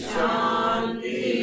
Shanti